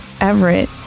everett